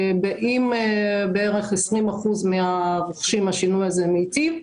עם בערך 20% מן הרוכשים השינוי הזה מיטיב.